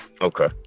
Okay